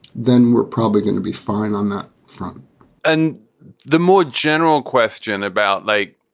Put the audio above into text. then we're probably going to be fine on that front and the more general question about like,